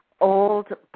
old